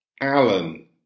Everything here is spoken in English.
Alan